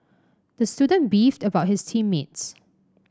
the student beefed about his team mates